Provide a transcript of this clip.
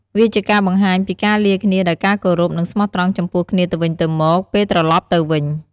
វាជាការបង្ហាញពីការលាគ្នាដោយការគោរព និងស្មោះត្រង់ចំពោះគ្នាទៅវិញទៅមកពេលត្រឡប់ទៅវិញ។